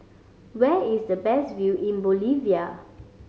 where is the best view in Bolivia